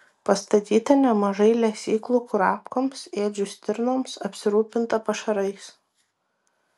pastatyta nemažai lesyklų kurapkoms ėdžių stirnoms apsirūpinta pašarais